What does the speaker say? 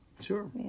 Sure